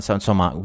insomma